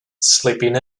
sleeping